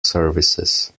services